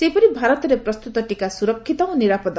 ସେହିପରି ଭାରତରେ ପ୍ରସ୍ତୁତ ଟିକା ସୁରକ୍ଷିତ ଓ ନିରାପଦ